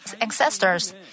ancestors